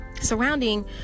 surrounding